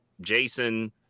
Jason